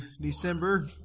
December